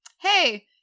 hey-